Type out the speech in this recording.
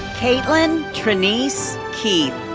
katelynn trenise keith.